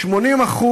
80%